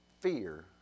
fear